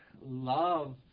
love